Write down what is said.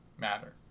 matter